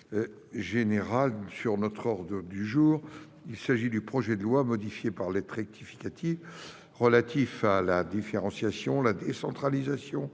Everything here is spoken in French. sur le sujet ! L'ordre du jour appelle la discussion du projet de loi, modifié par lettre rectificative, relatif à la différenciation, la décentralisation,